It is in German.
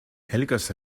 helgas